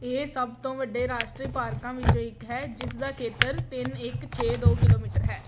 ਇਹ ਸਭ ਤੋਂ ਵੱਡੇ ਰਾਸ਼ਟਰੀ ਪਾਰਕਾਂ ਵਿੱਚੋਂ ਇੱਕ ਹੈ ਜਿਸ ਦਾ ਖੇਤਰ ਤਿੰਨ ਇੱਕ ਛੇ ਦੋ ਕਿਲੋਮੀਟਰ ਹੈ